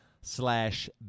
slash